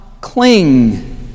cling